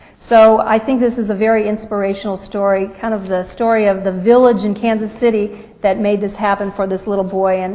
so i think this is a very inspirational story, kind of the story of the village in kansas city that made this happen for this little boy, and